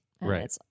Right